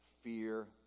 fear